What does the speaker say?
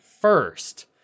first